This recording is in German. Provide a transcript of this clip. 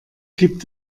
gibt